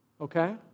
okay